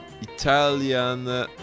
Italian